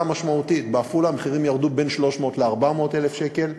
משמעותית: בעפולה המחירים ירדו בין 300,000 ל-400,000 שקל,